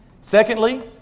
Secondly